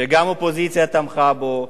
שגם האופוזיציה תמכה בו,